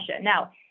now